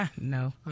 No